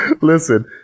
listen